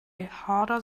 harder